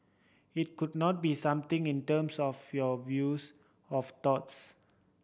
it could not be something in terms of your views of thoughts